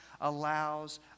allows